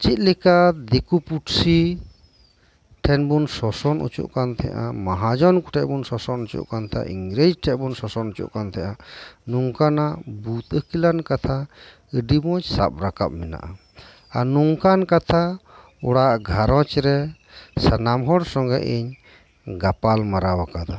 ᱪᱮᱫ ᱞᱮᱠᱟ ᱫᱤᱠᱩ ᱯᱩᱥᱤ ᱴᱷᱮᱱ ᱵᱚᱱ ᱥᱳᱥᱳᱱ ᱚᱪᱚᱜ ᱠᱟᱱ ᱛᱟᱦᱮᱸᱜᱼᱟ ᱢᱟᱦᱟᱡᱚᱱ ᱠᱚᱴᱷᱮᱱ ᱵᱚᱱ ᱥᱳᱥᱳᱱ ᱚᱪᱚᱜ ᱠᱟᱱ ᱛᱟᱦᱮᱸᱜ ᱤᱝᱨᱮᱡᱽ ᱠᱚ ᱴᱷᱮᱡ ᱵᱚᱱ ᱥᱳᱥᱳᱱ ᱚᱪᱚᱜ ᱠᱟᱱ ᱛᱟᱦᱮᱜᱼᱟ ᱱᱚᱝᱠᱟᱱᱟᱜ ᱵᱩᱫᱽ ᱟᱹᱠᱤᱞᱟᱱ ᱠᱟᱛᱷᱟ ᱟᱹᱰᱤ ᱢᱚᱸᱡᱽ ᱥᱟᱵ ᱨᱟᱠᱟᱵ ᱢᱮᱱᱟᱜᱼᱟ ᱟᱨ ᱱᱚᱝᱠᱟᱱ ᱠᱟᱛᱷᱟ ᱚᱲᱟᱜ ᱜᱷᱟᱨᱚᱸᱡᱽ ᱨᱮ ᱥᱟᱱᱟᱢ ᱦᱚᱲ ᱥᱚᱝᱜᱮ ᱤᱧ ᱜᱟᱯᱟᱞ ᱢᱟᱨᱟᱣ ᱟᱠᱟᱫᱟ